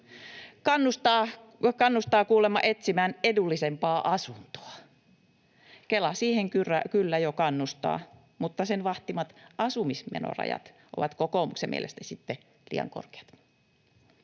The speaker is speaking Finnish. kannustaa kuulemma etsimään edullisempaa asuntoa. Kela siihen kyllä jo kannustaa, mutta sen vahtimat asumismenorajat ovat kokoomuksen mielestä sitten liian korkeat.